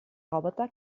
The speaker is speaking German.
roboter